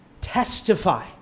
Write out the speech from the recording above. testify